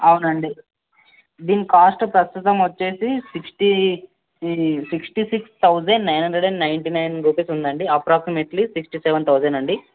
అవునండి దీని కాస్ట్ ప్రస్తుతం వచ్చి sixty sixty six thousand nine hundred and ninety nine rupees ఉందండి అప్రాక్సీమెట్లీ సిక్స్టీ సెవెన్ థౌసండ్ అండి